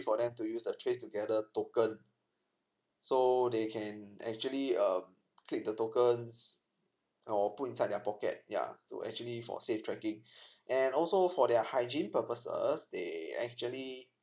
for them to use the tray together token so they can actually err take the tokens or put inside their pocket yeah to actually for safe trekking and also for their hygiene purposes they actually